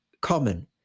common